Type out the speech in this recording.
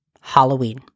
Halloween